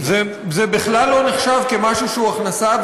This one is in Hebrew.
זה בכלל לא נחשב כמשהו שהוא הכנסה,